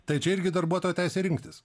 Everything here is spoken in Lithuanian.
tai čia irgi darbuotojo teisė rinktis